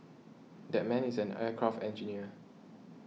that man is an aircraft engineer